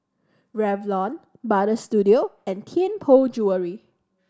Revlon Butter Studio and Tianpo Jewellery